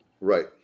Right